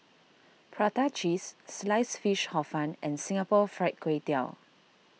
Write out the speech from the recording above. Prata Cheese Sliced Fish Hor Fun and Singapore Fried Kway Tiao